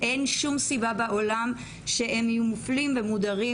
אין שום סיבה בעולם שהם יהיו מופלים ומודרים,